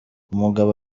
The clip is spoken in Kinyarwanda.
umugabo